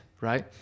right